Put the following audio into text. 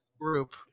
group